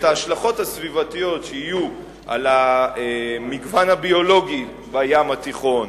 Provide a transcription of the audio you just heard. את ההשלכות הסביבתיות שיהיו על המגוון הביולוגי בים התיכון,